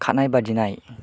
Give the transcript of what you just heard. खारनाय बादिनाय